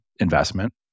investment